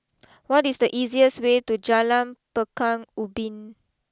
what is the easiest way to Jalan Pekan Ubin